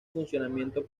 funcionamiento